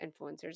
influencers